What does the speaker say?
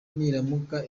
niramuka